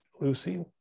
Lucy